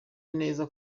neza